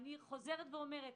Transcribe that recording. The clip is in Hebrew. אני חוזרת ואומרת